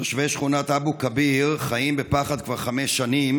תושבי שכונת אבו כביר חיים בפחד כבר חמש שנים,